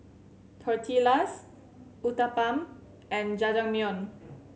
Tortillas Uthapam and Jajangmyeon